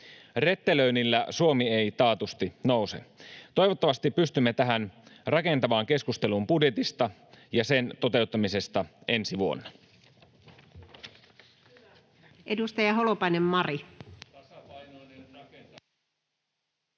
Rettelöinnillä Suomi ei taatusti nouse. Toivottavasti pystymme rakentavaan keskusteluun budjetista ja sen toteuttamisesta ensi vuonna.